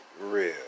real